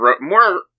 more